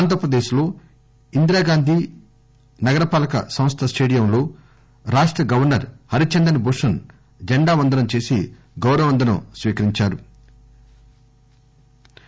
ఆంధ్రప్రదేశ్ లో ఇందిరాగాంధి నగరపాలక సంస్ద స్టేడియంలో రాష్ట గవర్నర్ హరి చందన్ భూషణ్ జెండా వందనం చేసి గౌరవ వందనం స్పీకరించారు